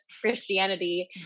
Christianity